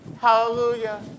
Hallelujah